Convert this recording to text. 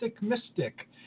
mystic